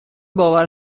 باور